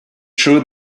true